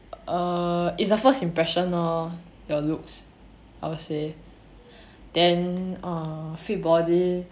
err it's the first impression lor your looks I will say then err fit body